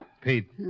Pete